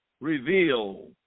reveal